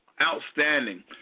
Outstanding